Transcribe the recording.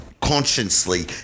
consciously